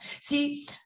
see